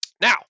Now